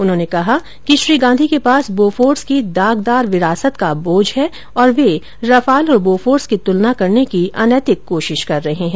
उन्होंने कहा कि श्री गांधी के पास बोफोर्स की दागदार विरासत का बोझ है और वे रफाल और बोफोर्स की तुलना करने की अनैतिक कोशिश कर रहे हैं